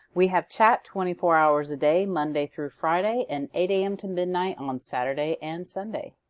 we have chat twenty four hours a day monday through friday and eight a m. to midnight on saturday and sunday.